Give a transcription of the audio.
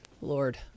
Lord